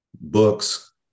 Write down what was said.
books